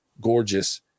gorgeous